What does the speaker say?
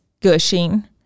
gushing